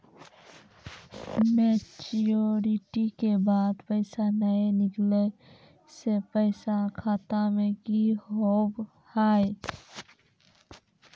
Maturity के बाद पैसा नए निकले से पैसा खाता मे की होव हाय?